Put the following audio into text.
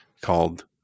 called